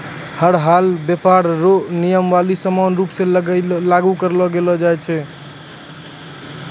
हर हालमे व्यापार रो नियमावली समान रूप से लागू करलो जाय छै